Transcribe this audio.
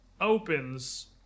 opens